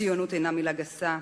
ציונות איננה מלה גסה,